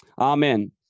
Amen